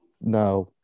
no